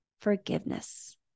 forgiveness